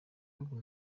w’ubu